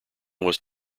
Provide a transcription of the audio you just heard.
was